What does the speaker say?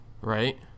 Right